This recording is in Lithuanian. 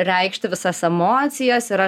reikšti visas emocijas ir aš